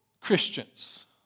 Christians